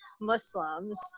Muslims